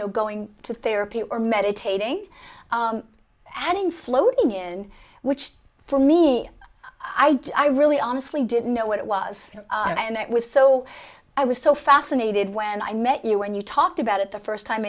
know going to therapy or meditating having floating in which for me i really honestly didn't know what it was and that was so i was so fascinated when i met you when you talked about it the first time